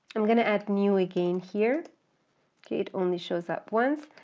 i'm going to add new again here okay, it only shows up once,